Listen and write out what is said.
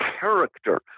character